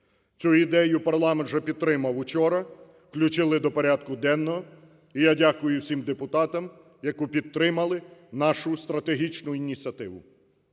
Цю ідею парламент вже підтримав учора, включили до порядку денного. І я дякую всім депутатам, які підтримали нашу стратегічну ініціативу.